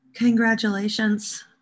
Congratulations